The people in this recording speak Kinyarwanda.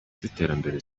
z’iterambere